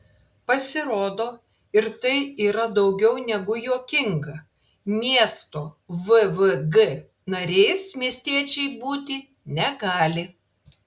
pasirodo ir tai yra daugiau negu juokinga miesto vvg nariais miestiečiai būti negali